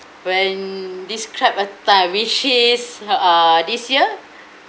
when describe a time which is uh this year